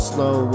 Slow